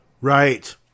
right